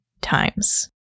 times